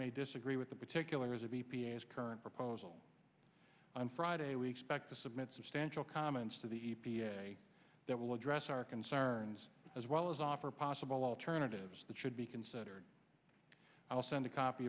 may disagree with the particulars of e p a s current proposal on friday we expect to submit substantial comments to the e p a that will address our concerns as well as offer possible alternatives that should be considered i will send a copy